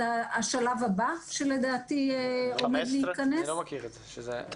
זה השלב הבא שלדעתי עומד להיכנס.